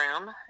room